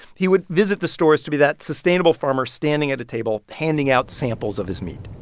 he would visit the stores to be that sustainable farmer standing at a table, handing out samples of his meat